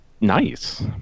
nice